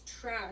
trash